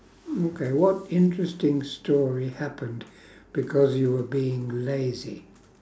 okay what interesting story happened because you were being lazy